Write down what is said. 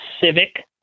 civic